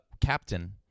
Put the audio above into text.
captain